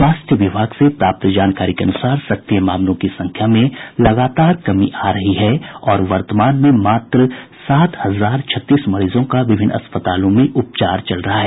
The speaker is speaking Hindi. स्वास्थ्य विभाग से प्राप्त जानकारी के अनुसार सक्रिय मामलों की संख्या में लगातार कमी आ रही है और वर्तमान में मात्र सात हजार छत्तीस मरीजों का विभिन्न अस्पतालों में उपचार चल रहा है